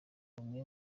bamwe